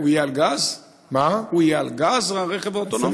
הוא יהיה על גז, הרכב האוטומטי?